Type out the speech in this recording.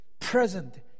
present